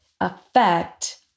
affect